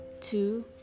two